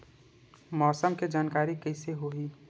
मौसम के जानकारी कइसे होही?